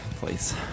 Please